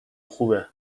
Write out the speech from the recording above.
خوبه